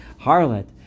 harlot